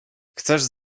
chcesz